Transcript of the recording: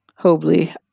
Hobley